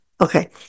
Okay